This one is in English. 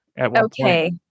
Okay